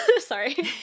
sorry